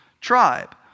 tribe